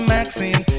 Maxine